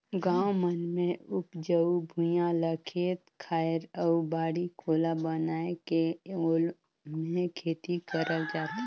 गाँव मन मे उपजऊ भुइयां ल खेत खायर अउ बाड़ी कोला बनाये के ओम्हे खेती करल जाथे